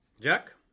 Jack